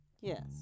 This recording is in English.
Yes